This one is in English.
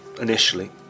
initially